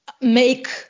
make